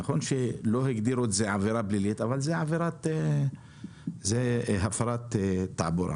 נכון שלא הגדירו את זה כעבירה פלילית אבל זאת עבירת הפרת תעבורה.